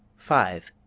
five.